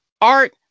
art